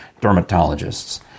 dermatologists